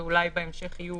ואולי בהמשך יהיו